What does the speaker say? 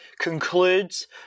concludes